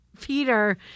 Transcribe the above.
Peter